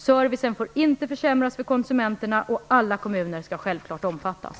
Servicen får inte försämras för konsumenterna, och alla kommuner skall självklart omfattas.